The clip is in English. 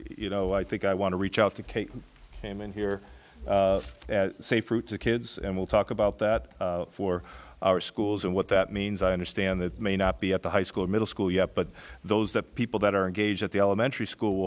you know i think i want to reach out to kate came in here safe route to kids and we'll talk about that for our schools and what that means i understand that may not be at the high school middle school yet but those that people that are engaged at the elementary school